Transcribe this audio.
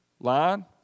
Line